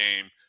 game